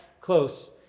close